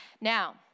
Now